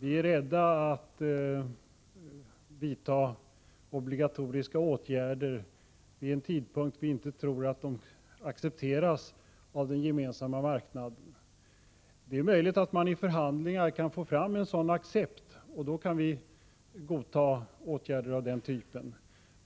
Vi är rädda för att vidta obligatoriska åtgärder vid en tidpunkt då vi inte tror att det skulle accepteras av den gemensamma marknaden. Det är möjligt att man i förhandlingar kan nå fram till en accept, och då kan vi godta åtgärder av denna typ.